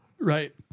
Right